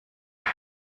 bas